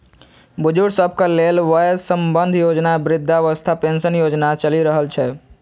बुजुर्ग सभक लेल वय बंधन योजना, वृद्धावस्था पेंशन योजना चलि रहल छै